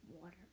Water